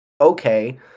okay